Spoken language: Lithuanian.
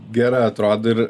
gera atrodo ir